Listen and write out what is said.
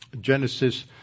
Genesis